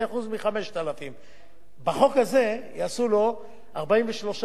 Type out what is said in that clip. בחוק הזה יעשו לו 43.5% מ-8,200.